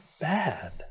bad